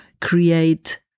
create